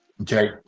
Okay